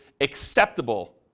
acceptable